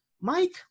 Mike